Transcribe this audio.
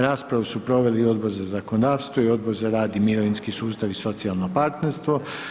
Raspravu su proveli Odbor za zakonodavstvo i Odbor za rad i mirovinski sustav i socijalno partnerstvo.